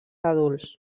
adults